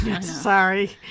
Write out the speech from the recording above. sorry